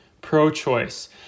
Pro-Choice